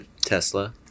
Tesla